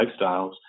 lifestyles